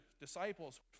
disciples